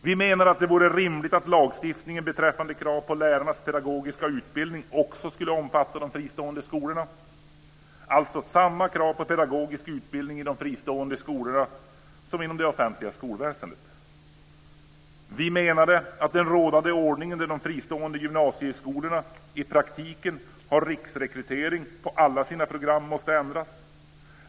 Vi menade att det vore rimligt att lagstiftningen beträffande krav på lärarnas pedagogiska utbildning också omfattade de fristående skolorna. Alltså, det ska ställas samma krav på pedagogisk utbildning i de fristående skolorna som inom det offentliga skolväsendet. - Vi menade att den rådande ordningen där de fristående gymnasieskolorna i praktiken har riksrekrytering på alla sina program måste ändras.